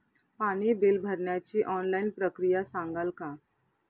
पाणी बिल भरण्याची ऑनलाईन प्रक्रिया सांगाल का?